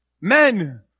Men